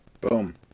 boom